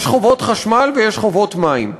יש חובות חשמל ויש חובות מים.